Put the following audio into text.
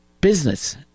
business